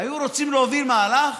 היו רוצים להוביל מהלך,